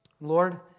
Lord